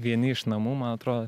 vieni iš namų man atrodo